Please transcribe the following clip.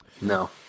no